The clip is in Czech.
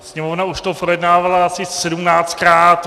Sněmovna už to projednávala asi sedmnáctkrát.